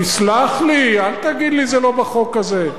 זה לא בחוק הזה.